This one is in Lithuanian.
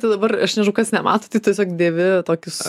tai dabar aš nežinau kas nemato tai tiesiog dėvi tokius